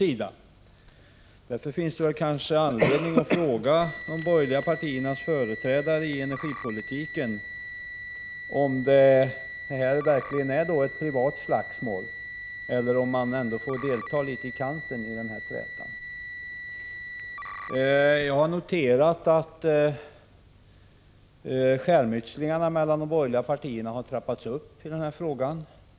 Kanske finns det anledning att fråga de borgerliga partiernas företrädare när det gäller energipolitiken om det här verkligen är ett privat slagsmål eller om man får delta litet i kanten av trätan. Jag har noterat att skärmytslingarna mellan de borgerliga partierna har trappats upp i den här frågan.